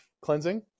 Cleansing